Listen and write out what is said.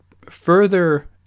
further